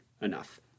enough